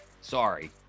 Sorry